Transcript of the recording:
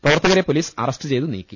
പ്രവർത്തകരെ police arrest ചെയ്തു നീക്കി